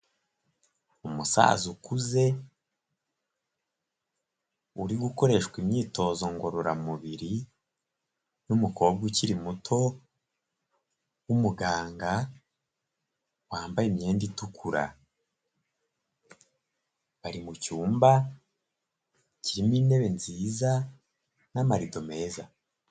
Umusaza ukuze uri gukoreshwa imyitozo ngororamubiri n'umukobwa ukiri muto, w'umuganga wambaye imyenda itukura, bari mu cyumba kirimo intebe nziza n'amarido meza.